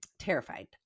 terrified